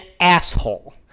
asshole